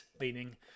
meaning